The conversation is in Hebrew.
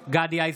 בעד גדי איזנקוט,